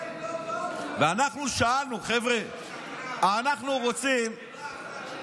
ואנחנו שאלנו: חבר'ה, אנחנו רוצים, שקרן.